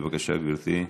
בבקשה, גברתי.